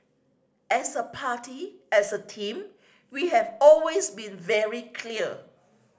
as a party as a team we have always been very clear